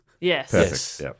Yes